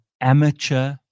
amateur